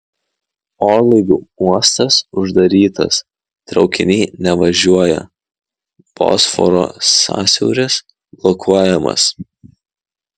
orlaivių uostas uždarytas traukiniai nevažiuoja bosforo sąsiauris blokuojamas